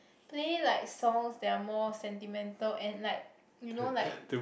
play like songs that are more sentimental and like you know like